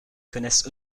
connaissent